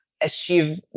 achieve